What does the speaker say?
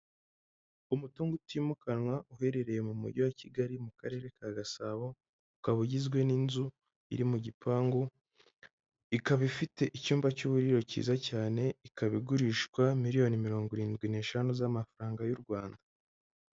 Umutungo utimukanwa uherereye mu mujyi wa Kigali mu karere ka Gasabo ukaba ugizwe n'inzu iri mu gipangu, ikaba ifite icyumba cy'uburiro cyiza cyane ikaba igurishwa miliyoni mirongo irindwi n'eshanu z'amafaranga y'u Rwanda.